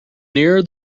nearer